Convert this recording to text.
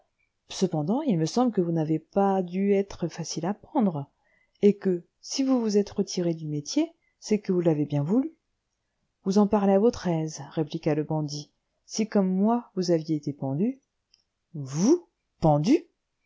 cependant il me semble que vous n'avez pas dû être facile à pendre et que si vous vous êtes retiré du métier c'est que vous l'avez bien voulu vous en parlez à votre aise répliqua le bandit si comme moi vous aviez été pendu vous pendu